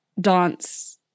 dance